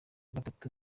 gatatu